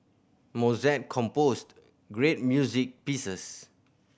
Mozart composed great music pieces